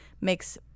makes